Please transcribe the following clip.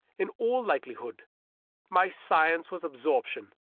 in all likelihood my science was absorption,